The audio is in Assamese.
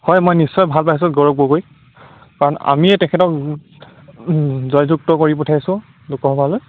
হয় মই নিশ্চয় ভাল পাইছোঁ গৌৰৱ গগৈক কাৰণ আমিয়েই তেখেতক জয়যুক্ত কৰি পঠাইছোঁ লোকসভালৈ